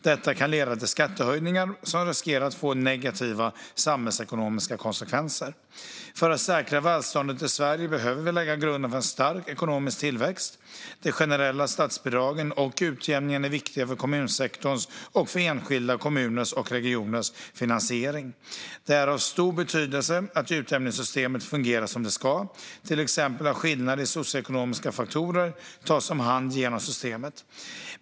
Detta kan leda till skattehöjningar som riskerar att få negativa samhällsekonomiska konsekvenser. För att säkra välståndet i Sverige behöver vi lägga grunden för en stark ekonomisk tillväxt. De generella statsbidragen och utjämningen är viktiga för kommunsektorns och för enskilda kommuners och regioners finansiering. Det är av stor betydelse att utjämningssystemet fungerar som det ska, till exempel att skillnader i socioekonomiska faktorer tas om hand genom systemet.